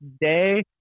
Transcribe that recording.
day